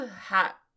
Hat